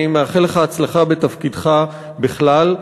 אני מאחל לך הצלחה בתפקידך בכלל,